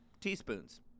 teaspoons